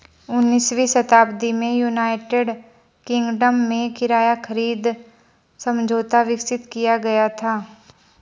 उन्नीसवीं शताब्दी में यूनाइटेड किंगडम में किराया खरीद समझौता विकसित किया गया था